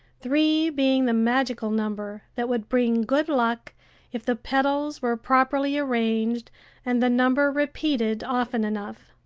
three being the magical number that would bring good luck if the petals were properly arranged and the number repeated often enough.